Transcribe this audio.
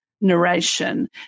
narration